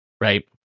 Right